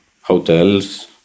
hotels